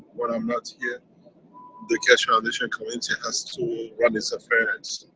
when i'm not here the keshe foundation community has to run it's affairs.